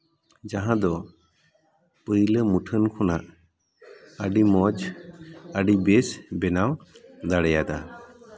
ᱡᱟᱦᱟᱸ ᱫᱚ ᱯᱟᱹᱭᱞᱟᱹ ᱢᱩᱴᱷᱟᱹᱱ ᱠᱷᱚᱱᱟᱜ ᱟᱹᱰᱤ ᱢᱚᱡᱽ ᱵᱮᱥ ᱵᱮᱱᱟᱣ ᱫᱟᱲᱮᱭᱟᱫᱟ